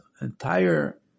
entire